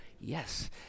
Yes